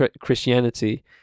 Christianity